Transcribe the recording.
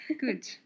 Good